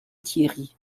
thierry